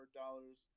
dollars